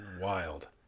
Wild